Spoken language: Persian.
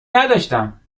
نداشتم